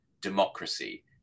democracy